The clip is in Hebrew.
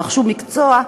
רכשו מקצוע,